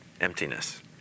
emptiness